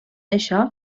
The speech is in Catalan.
això